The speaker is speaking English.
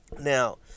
Now